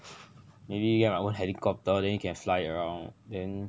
maybe get my own helicopter then you can fly it around then